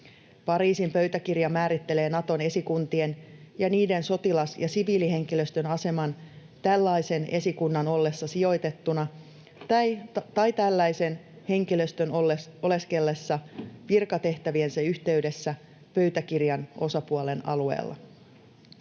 Pariisin pöytäkirja määrittelee Naton esikuntien ja niiden sotilas- ja siviilihenkilöstön aseman tällaisen esikunnan ollessa sijoitettuna tai tällaisen henkilöstön oleskellessa virkatehtäviensä yhteydessä pöytäkirjan osapuolen alueella.